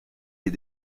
les